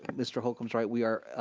and mr. holcomb's right. we are